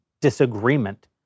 disagreement